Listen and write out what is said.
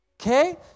okay